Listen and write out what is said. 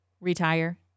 retire